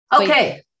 Okay